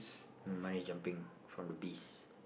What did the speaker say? mine is jumping from the bees